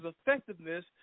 effectiveness